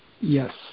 Yes